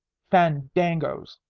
fandangoes!